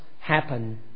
happen